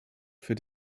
für